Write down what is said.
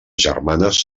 germanes